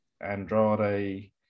Andrade